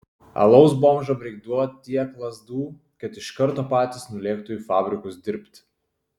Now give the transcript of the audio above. alaus bomžam reik duot tiek lazdų kad iš karto patys nulėktų į fabrikus dirbt